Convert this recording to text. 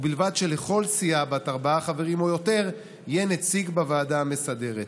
ובלבד שלכל סיעה בת ארבעה חברים או יותר יהיה נציג בוועדה המסדרת".